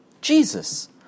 Jesus